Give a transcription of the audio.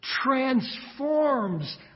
transforms